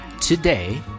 today